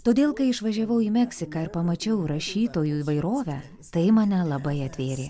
todėl kai išvažiavau į meksiką ir pamačiau rašytojų įvairovę tai mane labai atvėrė